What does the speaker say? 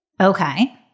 Okay